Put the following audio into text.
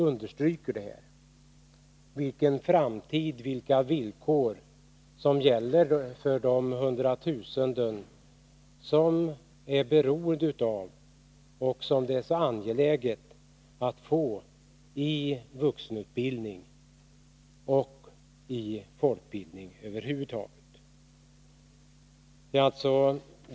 Vilken framtid erbjuds, vilka villkor kommer att gälla för de hundratusenden som är beroende av vuxenutbildningen och som det är så angeläget att få i vuxenutbildning och i folkbildning över huvud taget?